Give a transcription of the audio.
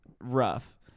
rough